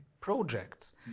projects